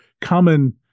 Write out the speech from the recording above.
common